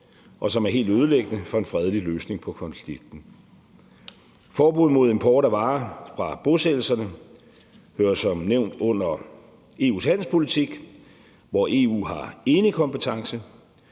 og som er helt ødelæggende for en fredelig løsning på konflikten. Et forbud mod import af varer fra bosættelserne hører som nævnt under EU's handelspolitik, hvor EU har enekompetence,